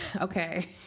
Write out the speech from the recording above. okay